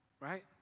right